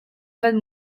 van